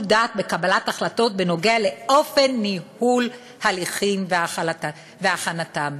דעת בקבלת החלטות בנוגע לאופן ניהול הליכים והכנתם".